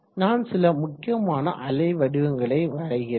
நான் சில முக்கிய அலைவடிவங்களை வரைகிறேன்